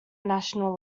national